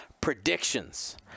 predictions